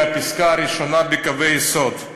מהפסקה הראשונה בקווי היסוד: